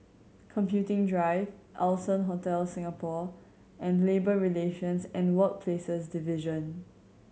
Computing Drive Allson Hotel Singapore and Labour Relations and Workplaces Division